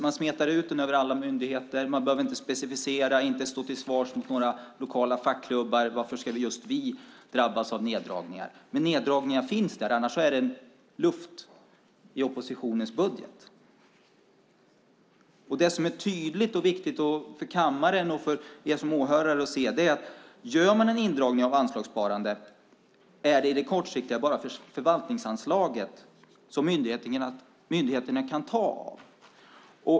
Man smetar ut den över alla myndigheter, och man behöver inte specificera eller stå till svars inför lokala fackklubbar som undrar varför just de ska drabbas av neddragning. Neddragningarna finns dock där, annars är det luft i oppositionens budget. Det som är tydligt och viktigt för kammaren och åhörarna att se är att det om man gör en indragning av anslagssparande kortsiktigt bara är förvaltningsanslaget myndigheterna kan ta av.